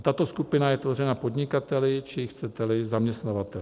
Tato skupina je tvořena podnikateli, či chceteli, zaměstnavateli.